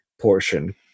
portion